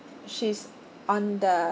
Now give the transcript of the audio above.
she's on the